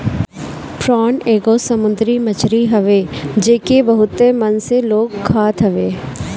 prawn एगो समुंदरी मछरी हवे जेके बहुते मन से लोग खात हवे